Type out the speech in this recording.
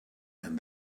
and